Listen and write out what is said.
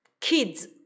kids